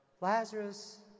Lazarus